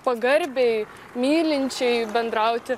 pagarbiai mylinčiai bendrauti